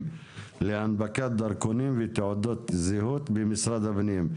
להנפקת דרכונים ותעודות זהות במשרד הפנים".